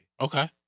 Okay